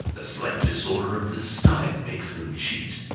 a slight disorder of the stomach makes them cheats.